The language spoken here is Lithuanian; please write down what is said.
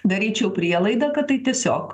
daryčiau prielaidą kad tai tiesiog